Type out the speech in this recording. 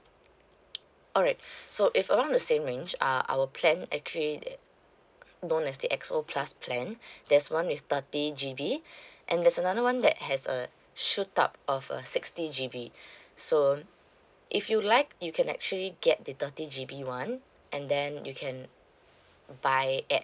alright so if I want the same range uh our plan actually known as the X O plus plan there's one with thirty G_B and there's another one that has uh shoot up of a sixty G_B so um if you like you can actually get the thirty G_B one and then you can buy add